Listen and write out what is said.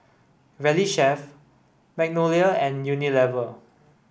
Valley Chef Magnolia and Unilever